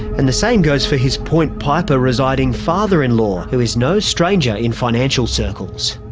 and the same goes for his point piper residing father-in-law. who is no stranger in financial circles.